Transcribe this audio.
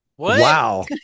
Wow